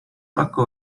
paku